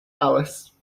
alice